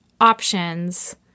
options